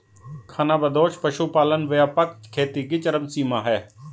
खानाबदोश पशुपालन व्यापक खेती की चरम सीमा है